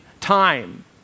time